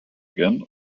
again